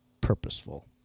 purposeful